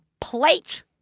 plate